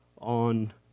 on